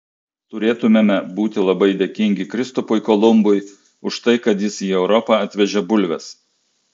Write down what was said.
turėtumėme būti labai dėkingi kristupui kolumbui už tai kad jis į europą atvežė bulves